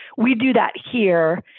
we do that here.